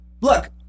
Look